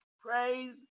Praise